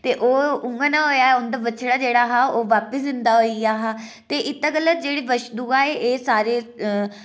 ते ओह् उ'आं नेहा होया उं'दा बछड़ा जेह्ड़ा हा ओह् बापिस ज़िंदा होइया हा ते इत्तै गल्ला जेह्ड़ी बच्छ दुआ ऐ एह् सारे